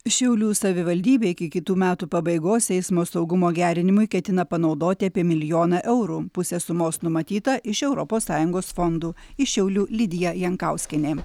šiaulių savivaldybė iki kitų metų pabaigos eismo saugumo gerinimui ketina panaudoti apie milijoną eurų pusę sumos numatyta iš europos sąjungos fondų iš šiaulių lidija jankauskienė